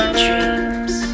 dreams